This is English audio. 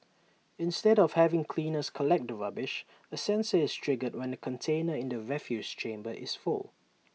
instead of having cleaners collect the rubbish A sensor is triggered when the container in the refuse chamber is full